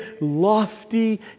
lofty